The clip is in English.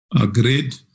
agreed